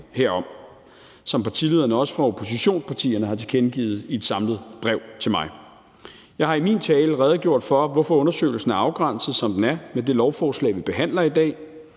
herom, som partilederne fra oppositionspartierne også har tilkendegivet i et samlet brev til mig. Jeg har i min tale redegjort for, hvorfor undersøgelsen er afgrænset, som den er i det lovforslag, vi behandler i dag.